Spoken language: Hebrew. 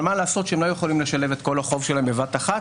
אבל מה לעשות שהם לא יכולים לשלם את כל החוב שלהם בבת אחת,